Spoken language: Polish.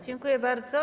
Dziękuję bardzo.